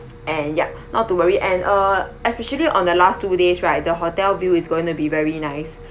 and ya not to worry and uh especially on the last two days right the hotel view is going to be very nice